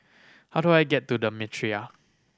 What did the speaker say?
how do I get to The Mitraa